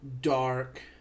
dark